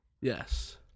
Yes